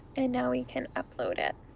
and now we can upload it.